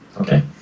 Okay